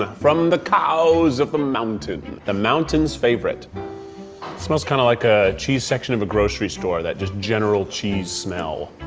ah from the cows of the mountain. the mountain's favorite it smells kind of like a cheese section of a grocery store, that just general cheese smell.